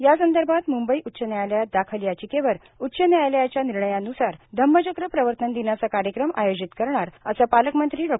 यासंदर्भात मुंबई उच्च न्यायालयात दाखल याचिकेवर उच्च न्यायालयाच्या निर्णयान्सार धम्मचक्र प्रवर्तन दिनाचा कार्यक्रम आयोजित करणार असे पालकमंत्री डॉ